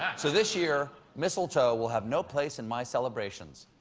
so this year, mistletoe will have no place in my celebrations.